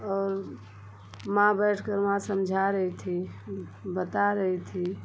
और माँ बैठकर वहाँ समझा रही थीं बता रही थीं